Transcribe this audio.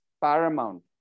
paramount